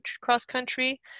cross-country